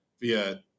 via